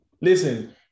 listen